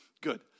Good